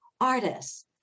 artists